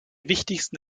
wichtigsten